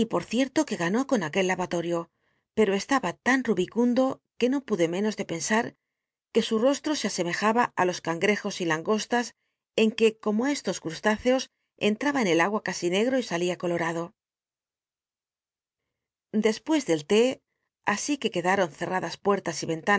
por cierto que ganó con aquel lavatorio pero estaba tan rubicundo l ue no pude menos de pensar que su roslto se asemejaba tí los cangrcj os y langostas en que co mo estos cruslüceos entraba en el agua casi negto y sal ia colorado despucs del lé así que quedaron cerradas puertas y entanas